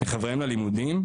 מחבריהם ללימודים,